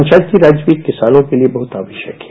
पंचायती राज के किसानों के लिये बहुत आवश्यक है